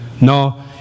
No